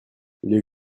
les